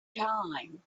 time